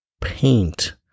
paint